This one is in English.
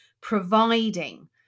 providing